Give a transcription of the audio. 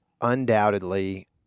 undoubtedly